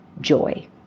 joy